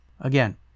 again